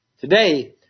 Today